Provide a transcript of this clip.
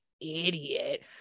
idiot